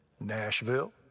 Nashville